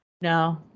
No